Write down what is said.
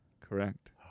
Correct